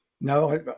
No